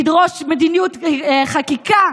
תדרוש חקיקה,